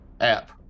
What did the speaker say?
app